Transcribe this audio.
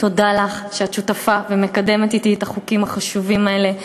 תודה לך שאת שותפה ומקדמת אתי את החוקים החשובים האלה,